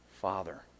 father